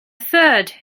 third